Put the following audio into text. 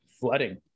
Flooding